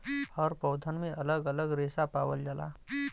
हर पौधन में अलग अलग रेसा पावल जाला